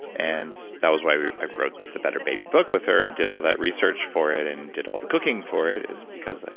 and that was why i wrote the better baby book with her and did all that research for it, and did all the cooking for it, is because.